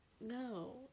No